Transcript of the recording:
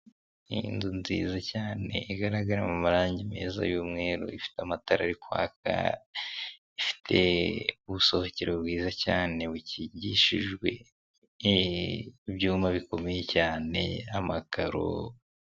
Inzu nziza cyane igaragara mu marange meza y'umweru, ifite amatara ari kwaka, ifite ubusohokero bwiza cyane bukingishijwe ibyuma bikomeye cyane amakaro.